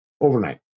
overnight